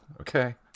Okay